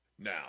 now